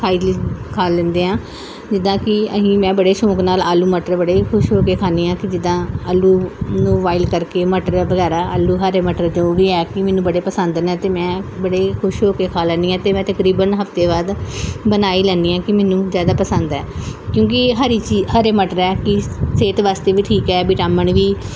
ਖਾ ਲਈ ਖਾ ਲੈਂਦੇ ਹਾਂ ਜਿੱਦਾਂ ਕਿ ਅਸੀਂ ਮੈਂ ਬੜੇ ਸ਼ੌਕ ਨਾਲ ਆਲੂ ਮਟਰ ਬੜੇ ਖੁਸ਼ ਹੋ ਕੇ ਖਾਂਦੀ ਹਾਂ ਕਿ ਜਿੱਦਾਂ ਆਲੂ ਨੂੰ ਬਾਇਲ ਕਰਕੇ ਮਟਰ ਵਗੈਰਾ ਆਲੂ ਹਰੇ ਮਟਰ ਜੋ ਵੀ ਹੈ ਕਿ ਮੈਨੂੰ ਬੜੇ ਪਸੰਦ ਨੇ ਅਤੇ ਮੈਂ ਬੜੇ ਖੁਸ਼ ਹੋ ਕੇ ਖਾ ਲੈਂਦੀ ਹਾਂ ਅਤੇ ਮੈਂ ਤਕਰੀਬਨ ਹਫਤੇ ਬਾਅਦ ਬਣਾ ਹੀ ਲੈਂਦੀ ਹਾਂ ਕਿ ਮੈਨੂੰ ਜ਼ਿਆਦਾ ਪਸੰਦ ਹੈ ਕਿਉਂਕਿ ਹਰੀ ਚੀਜ਼ ਹਰੇ ਮਟਰ ਹੈ ਕਿ ਸਿਹਤ ਵਾਸਤੇ ਵੀ ਠੀਕ ਹੈ ਵਿਟਾਮਿਨ ਵੀ